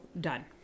done